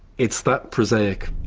it's that prosaic.